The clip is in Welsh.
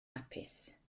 hapus